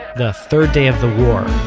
the third day of the war,